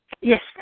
Yes